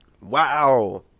Wow